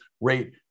rate